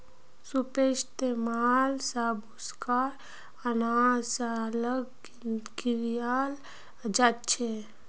सूपेर इस्तेमाल स भूसाक आनाज स अलग कियाल जाछेक